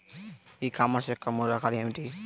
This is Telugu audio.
ఈ కామర్స్ యొక్క మూడు రకాలు ఏమిటి?